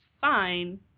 fine